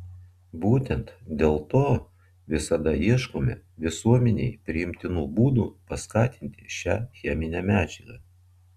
būtent dėl to visada ieškome visuomenei priimtinų būdų paskatinti šią cheminę medžiagą